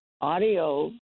audio